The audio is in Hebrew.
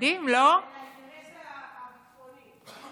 ולאינטרס הביטחוני.